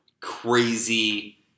crazy